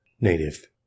Native